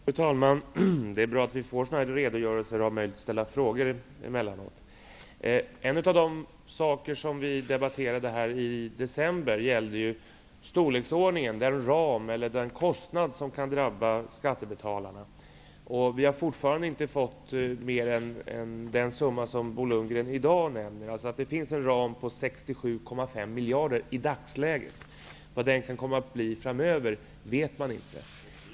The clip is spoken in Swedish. Fru talman! Det är bra att vi ibland får sådana här redogörelser och har möjlighet att ställa frågor. En av de frågor som vi debatterade här i december gällde storleksordningen av de kostnader som kan drabba skattebetalarna. Vi har fortfarande inte fått veta mer än den summa som Bo Lundgren i dag nämner. Det finns i dagsläget en ram på 67,5 miljarder. Vad den kan komma att uppgå till framöver vet man inte.